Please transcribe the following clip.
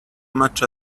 much